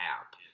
app